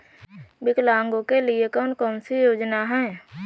विकलांगों के लिए कौन कौनसी योजना है?